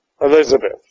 Elizabeth